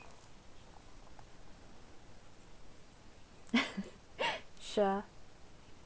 sure